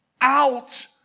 out